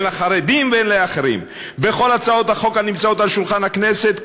הן לחרדים והן לאחרים"; "בכל הצעות החוק הנמצאות על שולחן הכנסת,